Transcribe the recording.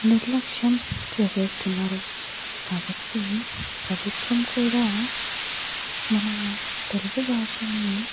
నిర్లక్ష్యం చేసేస్తున్నారు కాబట్టి ప్రభుత్వం కూడా మన తెలుగు భాషని